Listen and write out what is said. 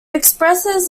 expresses